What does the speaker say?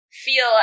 feel